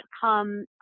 come